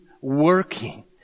working